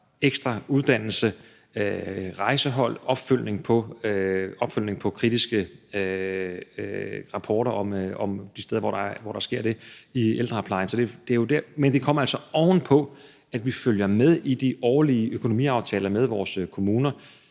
ekstra uddannelse, et rejsehold og opfølgningen på kritiske rapporter om de steder, hvor der sker det, i ældreplejen. Men det kommer altså ovenpå, og ved at vi i de årlige økonomiaftaler med vores kommuner